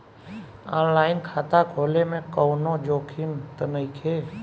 आन line खाता खोले में कौनो जोखिम त नइखे?